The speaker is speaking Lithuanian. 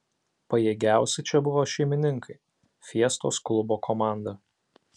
pajėgiausi čia buvo šeimininkai fiestos klubo komanda